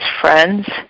friends